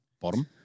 bottom